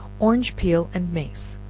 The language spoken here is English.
orange peel and mace,